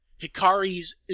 Hikari's